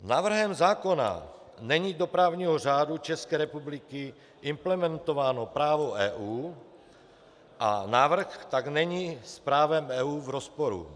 Návrhem zákona není do právního řádu České republiky implementováno právo EU a návrh tak není s právem EU v rozporu.